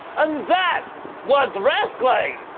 and that was wrestling.